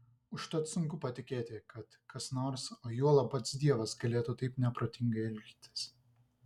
užtat sunku patikėti kad kas nors o juolab pats dievas galėtų taip neprotingai elgtis